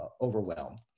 overwhelmed